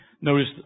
Notice